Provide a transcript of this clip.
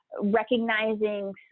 recognizing